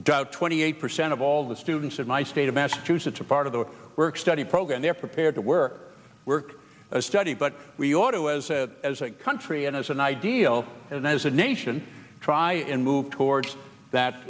have twenty eight percent of all the students in my state of massachusetts are part of the work study program they're prepared to work or work study but we ought to as a as a country and as an ideal and as a nation try and move towards that